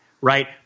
right